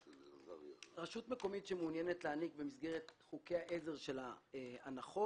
רשות מקומית שמעוניינת להעניק במסגרת חוקי העזר שלה הנחות,